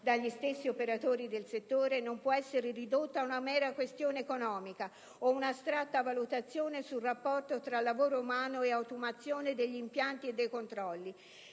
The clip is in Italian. dagli stessi operatori del settore - non può essere ridotta ad una mera questione economica o ad un'astratta valutazione sul rapporto tra lavoro umano e automazione degli impianti e dei controlli.